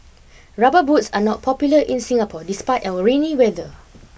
rubber boots are not popular in Singapore despite our rainy weather